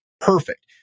Perfect